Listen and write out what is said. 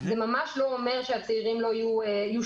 זה ממש לא אומר שהצעירים לא יושפעו